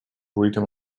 rhythm